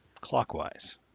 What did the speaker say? clockwise